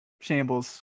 shambles